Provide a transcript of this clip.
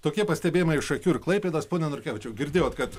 tokie pastebėjimai iš šakių ir klaipėdos pone norkevičiau girdėjot kad